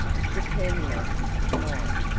saturninus might,